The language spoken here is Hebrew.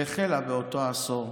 שהחלה בסוף אותו עשור.